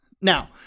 Now